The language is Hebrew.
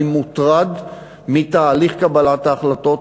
אני מוטרד מתהליך קבלת ההחלטות,